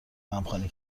همخوانی